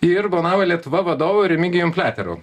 ir bonava lietuva vadovu remigijum pleteru